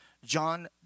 John